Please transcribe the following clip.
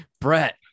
Brett